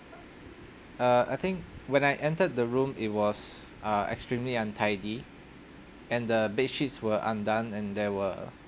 err I think when I entered the room it was uh extremely untidy and the bedsheets were undone and there were